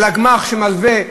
על הגמ"ח שמלווה,